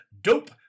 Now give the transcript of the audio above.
Dope